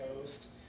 Coast